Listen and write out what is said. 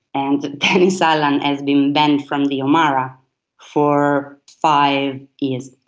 and dennis allan has been banned from the omara for five years,